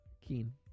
Keen